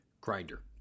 grinder